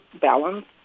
balance